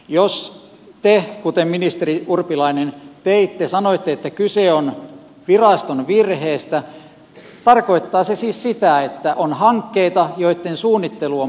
jos te kuten ministeri urpilainen teitte sanoitte että kyse on viraston virheestä tarkoittaa se siis sitä että on hankkeita joitten suunnittelu on pielessä